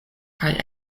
kaj